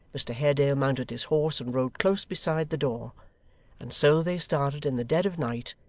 mr haredale mounted his horse and rode close beside the door and so they started in the dead of night,